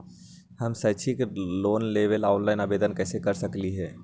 हम शैक्षिक लोन लेबे लेल ऑनलाइन आवेदन कैसे कर सकली ह?